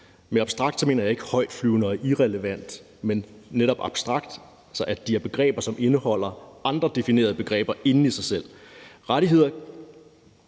med abstrakt mener jeg ikke højtflyvende og irrelevant, men netop abstrakt, altså at de er begreber, som indeholder andre definerede begreber inde i sig selv.